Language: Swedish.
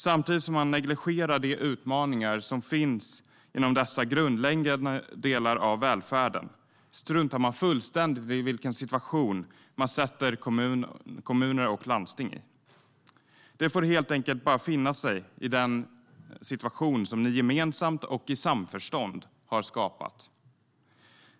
Samtidigt negligerar man de utmaningar som finns inom dessa grundläggande delar av välfärden. Man struntar fullständigt i vilken situation man försätter kommuner och landsting i. De får helt enkelt bara finna sig i den situation som ni gemensamt och i samförstånd har skapat.